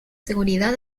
seguridad